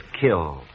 killed